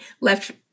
left